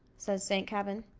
says st. kavin.